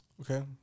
Okay